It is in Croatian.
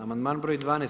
Amandman broj 12.